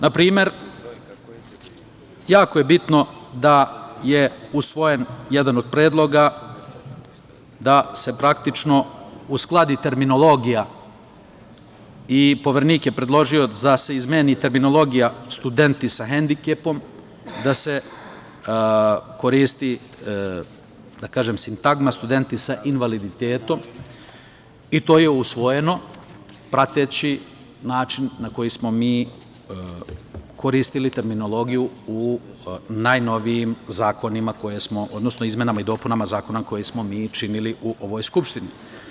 Na primer, jako je bitno da je usvojen jedan od predloga da se praktično uskladi terminologija i Poverenik je predložio da se izmeni terminologija studenti sa hendikepom, da se koristi, da kažem, sintagma studenti sa invaliditetom i to je usvojeno prateći način na koji smo mi koristili terminologiju u najnovijim zakonima, odnosno izmenama i dopunama zakona koji smo mi činili u ovoj Skupštini.